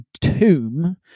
tomb